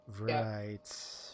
Right